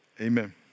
amen